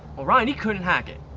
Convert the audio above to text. well ryan, he couldn't hack it.